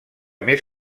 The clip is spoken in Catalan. més